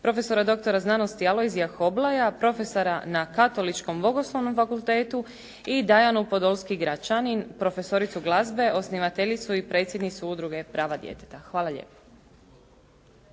profesora doktora znanosti Alojzija Hoblaja, profesora na Katoličko bogoslovnom fakultetu i Dajanu Podloski Gračanin profesoricu glazbe osnivateljicu i predsjednicu Udruge prava djeteta. Hvala lijepa.